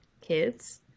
kids